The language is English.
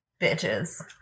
bitches